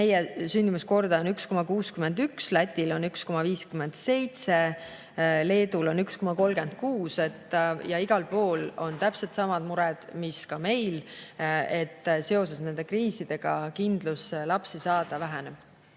meie sündimuskordaja on 1,61, Lätil on 1,57, Leedul on 1,36. Igal pool on täpselt samad mured, mis meil. Seoses nende kriisidega kindlus lapsi saada väheneb.